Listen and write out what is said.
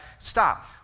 stop